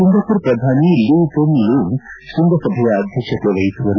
ಸಿಂಗಾಮರ್ ಪ್ರಧಾನಿ Lee Hsien Loong ಕೃಂಗಸಭೆಯ ಅಧ್ಯಕ್ಷತೆ ವಹಿಸುವರು